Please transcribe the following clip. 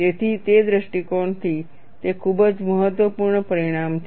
તેથી તે દૃષ્ટિકોણથી તે ખૂબ જ મહત્વપૂર્ણ પરિણામ છે